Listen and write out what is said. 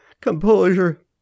composure